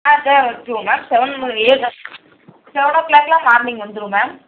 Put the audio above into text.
ஆ அதலாம் விட்டுருவோம் ma'am seven ஏழு செவன் ஓ க்ளாக்லாம் மார்னிங் வந்துடும் மேம்